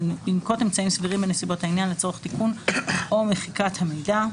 ינקוט אמצעים סבירים בנסיבות העניין לצורך תיקון או מחיקת המידע.